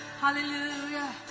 Hallelujah